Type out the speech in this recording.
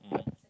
mmhmm